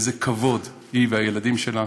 באיזה כבוד היא והילדים שלה,